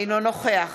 אינו נוכח